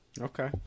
Okay